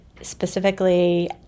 specifically